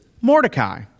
Mordecai